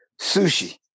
Sushi